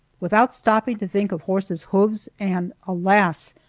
without stopping to think of horse's hoofs and, alas!